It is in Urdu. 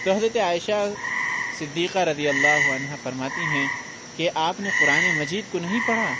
تو حضرتِ عائشہ صدیقہ رضی اللہ عنہا فرماتی ہیں کہ آپ نے قرآن مجید کو نہیں پڑھا